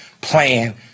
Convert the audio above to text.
plan